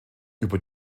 über